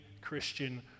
Christian